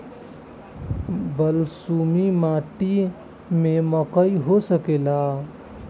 बलसूमी माटी में मकई हो सकेला?